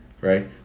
right